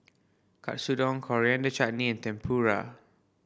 Katsudon Coriander and Chutney Tempura